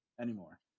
anymore